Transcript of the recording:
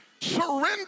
surrender